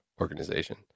organization